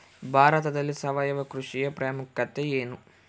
ಭಾರತದಲ್ಲಿ ಸಾವಯವ ಕೃಷಿಯ ಪ್ರಾಮುಖ್ಯತೆ ಎನು?